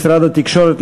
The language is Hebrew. משרד התקשורת,